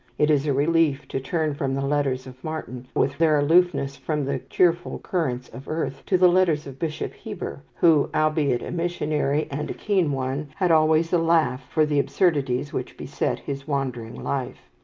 it is a relief to turn from the letters of martyn, with their aloofness from the cheerful currents of earth, to the letters of bishop heber, who, albeit a missionary and a keen one, had always a laugh for the absurdities which beset his wandering life.